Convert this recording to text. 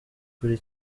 kuri